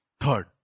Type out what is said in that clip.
Third